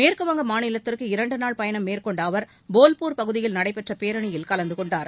மேற்கு வங்க மாநிலத்திற்கு இரண்டு நாள் பயணம் மேற்கொண்ட அவர் போல்பூர் பகுதியில் நடைபெற்ற பேரணியில் கலந்துகொண்டார்